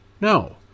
no